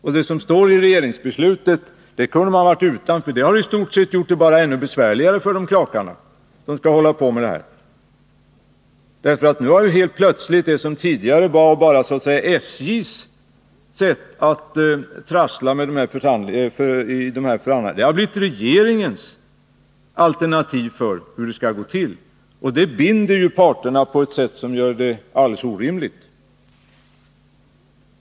Och det som står i regeringsbeslutet kunde vi ha varit utan, för det har i stort sett bara gjort det ännu besvärligare för de krakar som 31 skall hålla på med detta. Nu har det som tidigare bara var så att säga SJ:s sätt att trassla i förhandlingarna helt plötsligt blivit regeringens alternativ för hur det skall gå till. Det binder ju parterna på ett helt orimligt sätt.